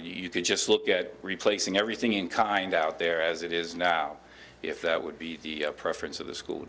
you can just look at replacing everything in kind out there as it is now if that would be the preference of the school